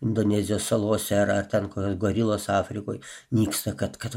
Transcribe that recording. indonezijos salose ar ar ten kur gorilos afrikoj nyksta kad kad